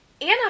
Anna